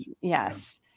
yes